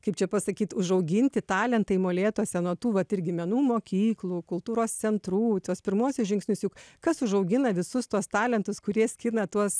kaip čia pasakyt užauginti talentai molėtuose nuo tų vat irgi menų mokyklų kultūros centrų tuos pirmuosius žingsnius juk kas užaugina visus tuos talentus kurie skina tuos